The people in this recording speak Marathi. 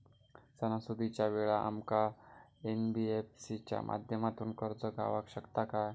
सणासुदीच्या वेळा आमका एन.बी.एफ.सी च्या माध्यमातून कर्ज गावात शकता काय?